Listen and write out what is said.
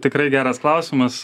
tikrai geras klausimas